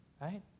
right